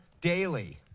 daily